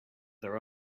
their